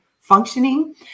functioning